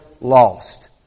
lost